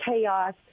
chaos